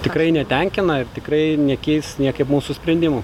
tikrai netenkina ir tikrai nekeis niekaip mūsų sprendimų